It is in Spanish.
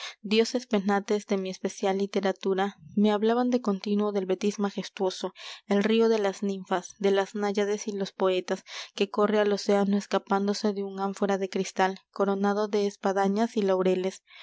sevillanos dioses penates de mi especial literatura me hablaban de continuo del betis majestuoso el río de las ninfas de las náyades y los poetas que corre al océano escapándose de un ánfora de cristal coronado de espadañas y laureles